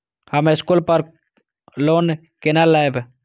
हम स्कूल पर लोन केना लैब?